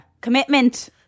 Commitment